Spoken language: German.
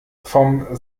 vom